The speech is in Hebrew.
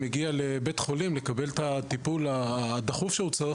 מגיע לבית חולים לקבל את הטיפול הדחוף שהוא צריך,